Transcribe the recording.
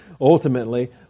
Ultimately